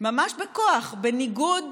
ממש בכוח, בניגוד